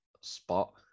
spot